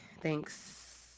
thanks